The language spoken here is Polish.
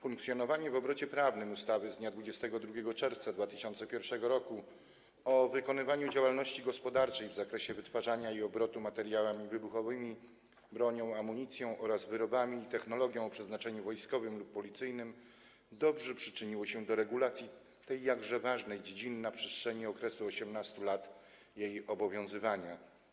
Funkcjonowanie w obrocie prawnym ustawy z dnia 22 czerwca 2001 r. o wykonywaniu działalności gospodarczej w zakresie wytwarzania i obrotu materiałami wybuchowymi, bronią, amunicją oraz wyrobami i technologią o przeznaczeniu wojskowym lub policyjnym dobrze przyczyniło się do regulacji tej jakże ważnej dziedziny na przestrzeni 18 lat jej obowiązywania.